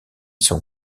sont